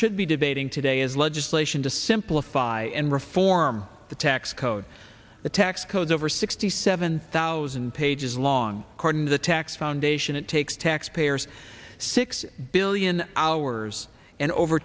should be debating today is legislation to simplify and reform the tax code the tax code over sixty seven thousand pages long according to the tax foundation it takes taxpayers six billion hours and over